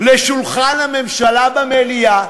לשולחן הממשלה במליאה.